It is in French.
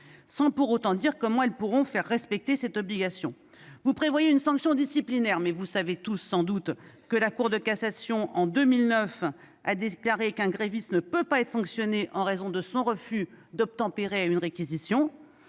sans qu'il soit dit comment ces entreprises pourront faire respecter cette obligation. Vous prévoyez une sanction disciplinaire. Pourtant, vous savez tous, sans doute, que la Cour de cassation a déclaré en 2009 qu'un gréviste ne pouvait pas être sanctionné en raison de son refus d'obtempérer à une réquisition.